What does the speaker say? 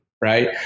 right